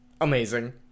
amazing